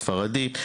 ספרדית.